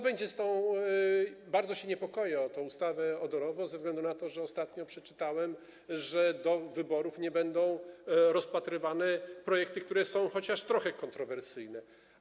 Bardzo się niepokoję o tę ustawę odorową ze względu na to, że ostatnio przeczytałem, że do wyborów nie będę rozpatrywane projekty, które są chociaż trochę kontrowersyjne.